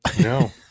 No